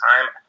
time